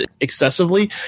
excessively